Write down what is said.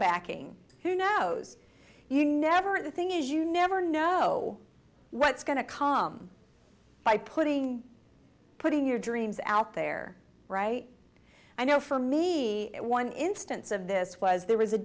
backing who knows you never and the thing is you never know what's going to come by putting putting your dreams out there right i know for me one instance of this was there was a